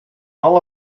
all